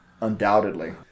undoubtedly